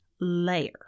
layer